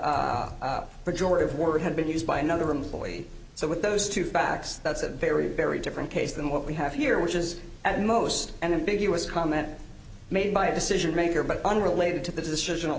the majority of work had been used by another employee so with those two facts that's a very very different case than what we have here which is at most and a big us comment made by a decision maker but unrelated to the decision of